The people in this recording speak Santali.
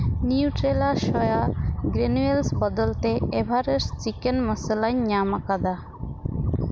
ᱱᱤᱭᱩᱴᱨᱮᱞᱟ ᱥᱚᱣᱟ ᱜᱨᱟᱱᱩᱣᱟᱥ ᱵᱚᱫᱚᱞ ᱛᱮ ᱮᱵᱷᱟᱨᱮᱥᱴ ᱪᱤᱠᱮᱱ ᱢᱚᱥᱞᱟᱧ ᱧᱟᱢ ᱟᱠᱟᱫᱟ